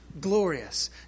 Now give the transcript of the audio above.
glorious